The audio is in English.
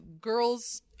girls